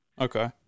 Okay